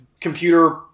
computer